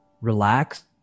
relax